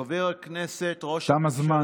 חבר הכנסת, ראש הממשלה דהיום, תם הזמן,